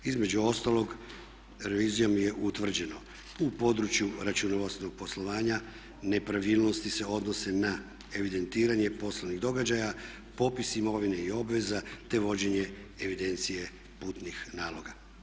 Između ostalog revizijom je utvrđeno u području računovodstvenog poslovanja nepravilnosti se odnose na evidentiranje poslovnih događaja, popis imovine i obveze te vođenje evidencije putnih naloga.